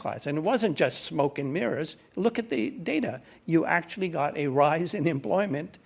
class and it wasn't just smoke and mirrors look at the data you actually got a rise in employment